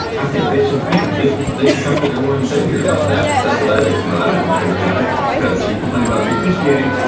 i think they should. yeah, they should. they should talk to their lord and savior about that. that's what i do because i don't want to hear about it. cause you complain about the officiating.